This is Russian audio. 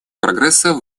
прогресса